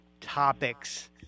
topics